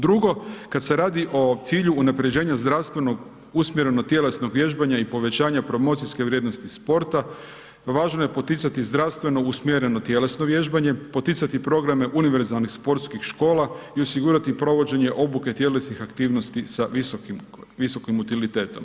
Drugo, kad se radi o cilju unapređenja zdravstvenog, usmjereno tjelesnog vježbanja i povećanja promocijske vrijednosti sporta važno je poticati zdravstveno usmjereno tjelesno vježbanje, poticati programe univerzalnih sportskih škola i osigurati provođenje obuke tjelesnih aktivnosti sa visokim utilitetom.